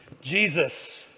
Jesus